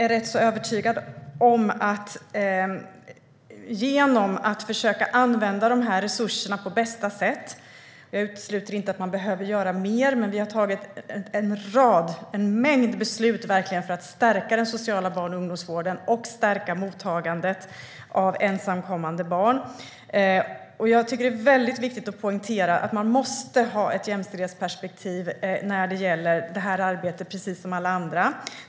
Man måste försöka använda de här resurserna på bästa sätt. Jag utesluter inte att man behöver göra mer, men vi har tagit en mängd beslut för att stärka den sociala barn och ungdomsvården och stärka mottagandet av ensamkommande barn. Jag tycker att det är väldigt viktigt att poängtera att man måste ha ett jämställdhetsperspektiv i det här arbetet, precis som i alla andra arbeten.